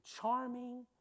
charming